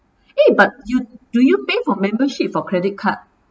eh but you do you pay for membership for credit card